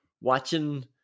watching